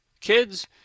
Kids